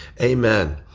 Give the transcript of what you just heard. Amen